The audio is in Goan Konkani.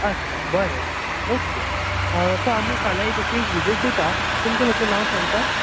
अच्छा बरें ओके सो आमी फाल्यां एक अशी विजीट दिता तुमचें मातशें नांव सांगतात